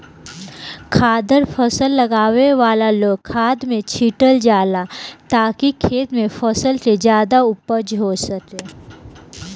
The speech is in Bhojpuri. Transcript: खादर फसल लगावे वाला खेत में छीटल जाला ताकि खेत में फसल के उपज ज्यादा हो सके